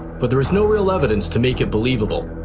but there's no real evidence to make it believable,